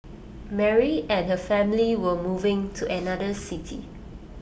Mary and her family were moving to another city